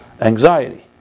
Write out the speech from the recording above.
anxiety